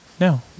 No